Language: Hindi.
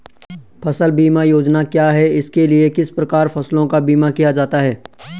फ़सल बीमा योजना क्या है इसके लिए किस प्रकार फसलों का बीमा किया जाता है?